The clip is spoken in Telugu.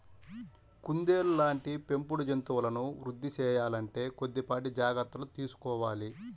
కుందేళ్ళ లాంటి పెంపుడు జంతువులను వృద్ధి సేయాలంటే కొద్దిపాటి జాగర్తలు తీసుకోవాలి